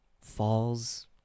falls